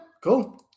cool